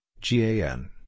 GAN